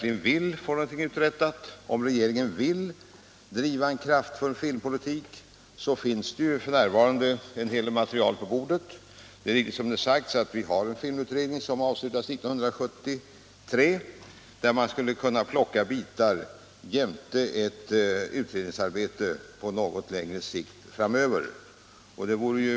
Jag vill emellertid understryka att om regeringen vill driva en kraftfull filmpolitik finns det f. n. en hel del material på bordet. Det är riktigt som har sagts att en filmutredning avslutades 1973. Ur den skulle man kunna plocka bitar samtidigt som det bedrivs utredningsarbete på något längre sikt. Det är ytterst en fråga om politisk vilja.